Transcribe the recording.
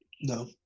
no